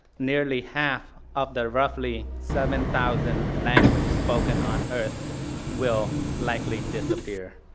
nearly half of the roughly seven thousand language spoken on earth will likely disappear.